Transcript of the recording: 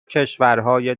کشورهای